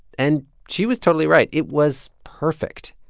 and she was totally right. it was perfect.